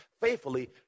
faithfully